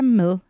med